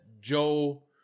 Joe